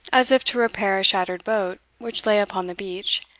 as if to repair a shattered boat which lay upon the beach,